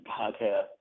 podcast